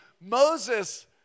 Moses